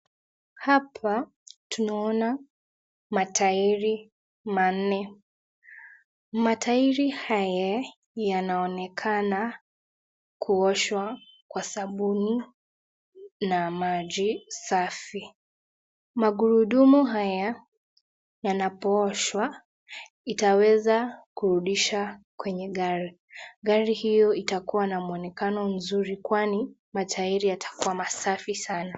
Hapa tunaona matairi manne. Matairi haya yanaonekana kuoshwa kwa sabuni na maji safi. Magurudumu haya yanapooshwa, itaweza kurudishwa kwenye gari. Gari hiyo itakuwa na mwonekano mzuri kwani, matairi yatakuwa masafi sana.